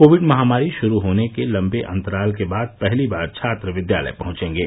Covid महामारी शुरू होने के लम्बे अंतराल के बाद पहली बार छात्र विद्यालय पहुंचेंगे